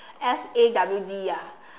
S_A_W_D ah